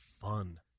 fun